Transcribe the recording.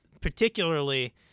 particularly